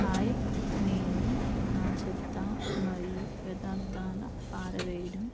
hi నేను నా చెత్త మరియు వ్యర్థాల పారవెయ్యడం